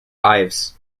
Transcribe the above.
ives